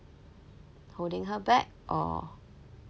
holding her back or